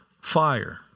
fire